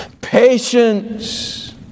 patience